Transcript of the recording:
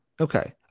Okay